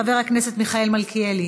חבר הכנסת מיכאל מלכיאלי,